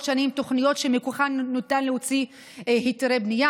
שנים תוכניות שמכוחן ניתן להוציא היתרי בנייה,